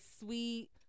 sweet